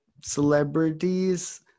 celebrities